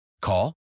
Call